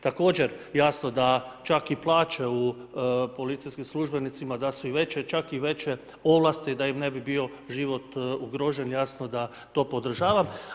Također jasno da čak i plaće policijskim službenicima da su i veće, čak i veće ovlasti da im ne bi bio život ugrožen jasno da to podržavam.